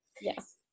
Yes